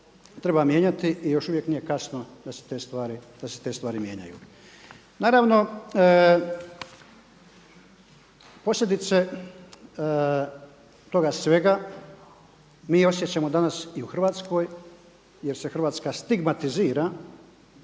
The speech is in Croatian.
treba mijenjati i još uvijek nije kasno sa se te stvari mijenjaju. Naravno posljedice toga svega mi osjećamo danas i u Hrvatskoj jer se Hrvatska stigmatizira